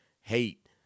hate